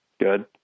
Good